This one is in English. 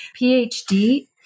PhD